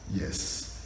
Yes